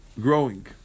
growing